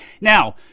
Now